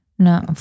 No